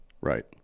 right